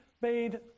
made